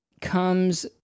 comes